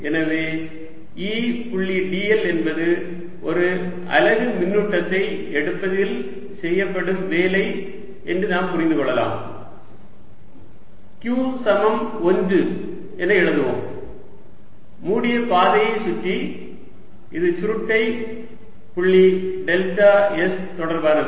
எனவே E புள்ளி dl என்பது ஒரு அலகு மின்னூட்டத்தை எடுப்பதில் செய்யப்படும் வேலை என்று நாம் புரிந்து கொள்ளலாம் q சமம் ஒன்று என எழுதுவோம் மூடிய பாதையைச் சுற்றி இது சுருட்டை புள்ளி டெல்டா s தொடர்பானது